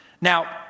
Now